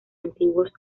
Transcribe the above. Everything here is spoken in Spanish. antiguos